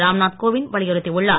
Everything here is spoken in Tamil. ராம் நாத் கோவிந்த் வலியுறுத்தி உள்ளார்